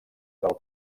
del